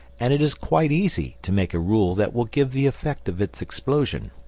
and it is quite easy to make a rule that will give the effect of its explosion.